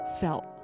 felt